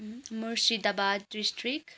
Murshidabad district